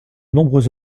nombreux